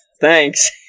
thanks